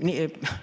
nimistu